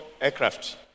aircraft